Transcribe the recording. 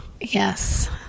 Yes